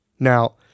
Now